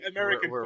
American